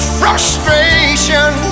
frustration